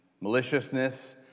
maliciousness